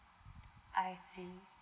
I see